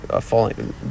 falling